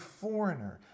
foreigner